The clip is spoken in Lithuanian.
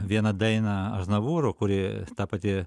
vieną dainą aznavūro kuri ta pati